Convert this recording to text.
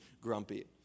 grumpy